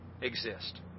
exist